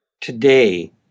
today